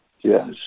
Yes